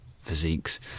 physiques